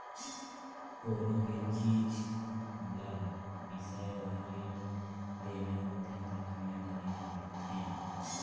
कोनो भी चीच ल बिसाए बर रीन लेना होथे त कमई धमई ल देखथें